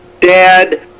Dad